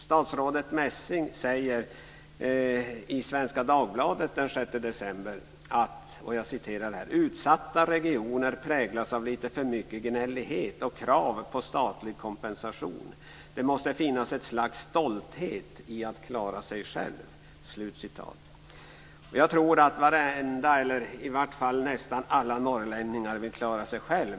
Statsrådet Messing skriver i Svenska Dagbladet den 6 december att: "Utsatta regioner präglas av lite för mycket gnällighet och krav på statlig kompensation. Det måste finnas ett slags stolthet i att klara sig själv." Jag tror att nästan alla norrlänningar vill klara sig själv.